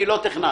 אני לא טכנאי.